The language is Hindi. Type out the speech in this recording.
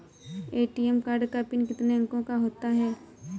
ए.टी.एम कार्ड का पिन कितने अंकों का होता है?